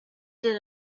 did